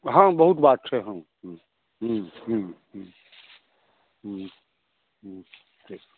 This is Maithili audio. हॅं बहुत बात छै हॅं हुँ हुँ हुँ हुँ हुँ हुँ हुँ